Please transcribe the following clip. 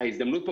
ההזדמנות פה,